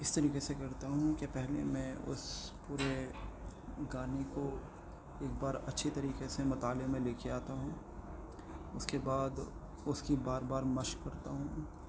اس طریقے سے کرتا ہوں کہ پہلے میں اس پورے گانے کو ایک بار اچھی طریقے سے مطالعے میں لے کے آتا ہوں اس کے بعد اس کی بار بار مشق کرتا ہوں